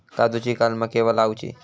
काजुची कलमा केव्हा लावची?